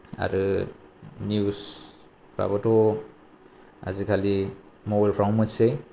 आरो निउसफ्राबोथ' आजिखालि मबाइलफ्रावनो मोनसै